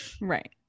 Right